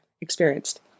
experienced